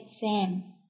Sam